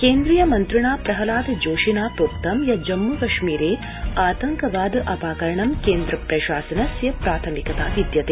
केन्द्रीय मन्त्रिणा प्रहलाद जोशिना प्रोक्तं यत् जम्मू कश्मीर आतंकवाद अपाकरणं केन्द्र प्रशासनस्य प्राथमिकता विद्यते